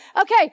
Okay